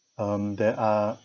um that are